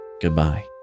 goodbye